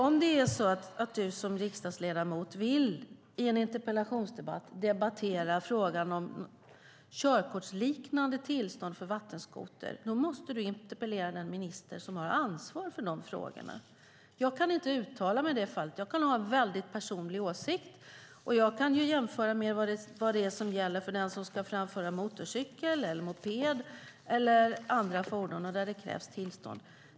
Om du som riksdagsledamot i en interpellationsdebatt vill debattera frågan om körkortsliknande tillstånd för vattenskoter måste du interpellera den minister som har ansvar för dessa frågor. Jag kan inte uttala mig i detta fall. Jag kan ha en väldigt personlig åsikt, och jag kan jämföra med vad det är som gäller för den som ska framföra en motorcykel, en moped eller andra fordon där det krävs tillstånd.